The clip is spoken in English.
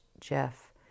Jeff